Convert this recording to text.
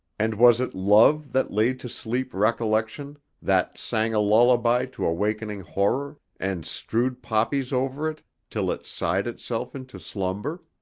and was it love that laid to sleep recollection, that sang a lullaby to awakening horror, and strewed poppies over it till it sighed itself into slumber?